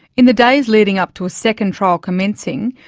in the days leading up to a second trial commencing,